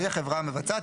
היא החברה המבצעת,